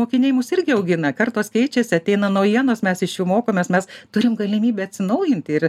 mokiniai mus irgi augina kartos keičiasi ateina naujienos mes iš jų mokomės mes turim galimybę atsinaujinti ir